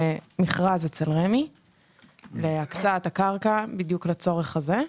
מכרז אצל רמ"י להקצאת הקרקע בדיוק לצורך הזה,